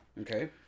Okay